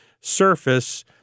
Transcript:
surface